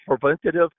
preventative